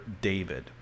David